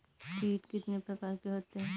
कीट कितने प्रकार के होते हैं?